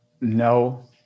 no